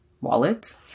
wallet